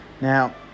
Now